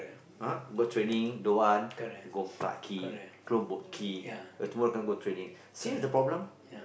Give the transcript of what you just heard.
!huh! go training don't want go Clarke-Quay go Boat-Quay then tomorrow can't go training see what's the problem